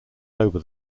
over